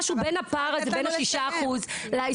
בפער הזה של בין 6% ל-22%,